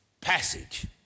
passage